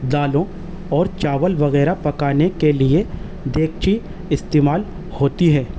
دالوں اور چاول وغیرہ پکانے کے لیے دیگچی استعمال ہوتی ہے